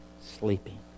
sleeping